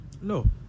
No